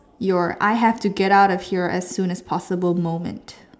your I have to get out of here as soon as possible moment